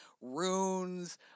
Runes